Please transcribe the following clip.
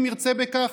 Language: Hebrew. אם ירצה בכך?